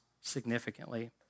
significantly